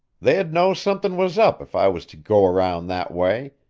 they'd know something was up if i was to go around that way,